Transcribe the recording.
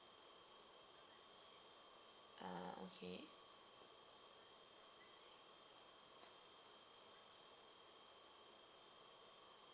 orh okay